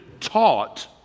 taught